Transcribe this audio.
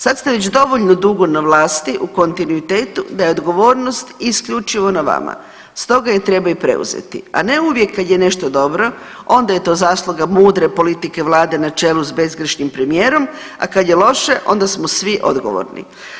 Sad ste već dovoljno dugo na vlasti u kontinuitetu, da je odgovornost isključivo na vama, stoga je treba i preuzeti, a ne uvijek kada je nešto dobro, onda je to zasluga mudre politike Vlade na čelu sa bezgrešnim premijerom, a kad je loše onda smo svi odgovorni.